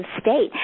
state